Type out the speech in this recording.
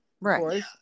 Right